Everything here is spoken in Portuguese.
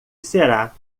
será